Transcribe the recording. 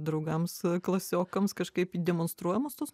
draugams klasiokams kažkaip demonstruojamos tos